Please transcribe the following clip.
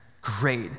great